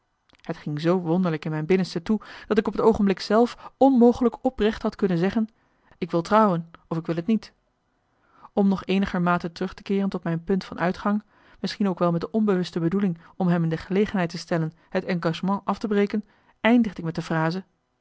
het ging zoo wonderlijk in mijn binnenste toe dat ik op het oogenblik zelf onmogelijk oprecht had kunnen zeggen ik wil trouwen of ik wil t niet om nog eenigermate terug te keeren tot mijn punt van uitgang misschien ook wel met de onbewuste bedoeling om hem in de gelegenheid te stellen het engagement af te breken eindigde ik met de frase